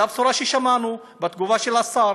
זו הבשורה ששמענו בתגובה של השר.